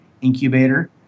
incubator